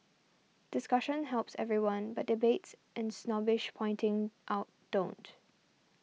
discussion helps everyone but debates and snobbish pointing out don't